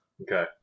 Okay